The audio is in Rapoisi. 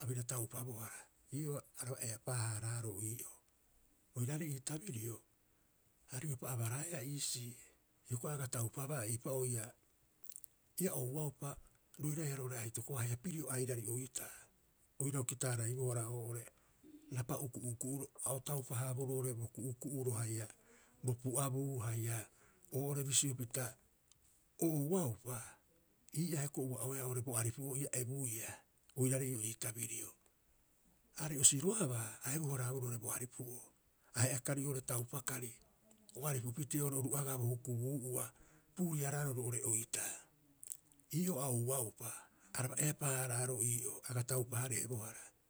a bira taupabohara. Ii'oo araba eapaa- haaraaroo ii'oo. Oiraarei ii tabirio a riopa abaraeaa iisii, hioko'i a aga taupaba eipa'oo ia, ia ouaupa roiraiha roo'ore aitoko'oa haia pirio airari oitaa, oirau kita- araibohara oo'ore rapa'u ku'uku'uro a oira taupa- haaboroo oo'ore bo ku'uku'uro haia bo pu'abuu haia oo'ore bisio pita o ouaupa, ii'aa hioko'i ua'oeaa oo'ore bo aripu'oo ia ebuiia oiraarei ii'oo ii tabirio. Aarei o siroabaa a ebu- haraaboroo oo'ore bo aripu'oo. Ahe'a kari oo'ore taupa kari o aripu pitee oo'ore bo hukubuu'ua puuriaraaro roo'ore oitaa. Ii'oo a ouaupa, araba eapaa- haaraaroo ii'oo aga taupa- hareebohara.